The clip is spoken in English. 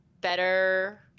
better